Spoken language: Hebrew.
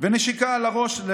אני מקבל את הכאפה הזאת,